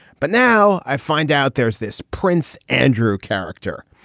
but now i find out there's this prince andrew character,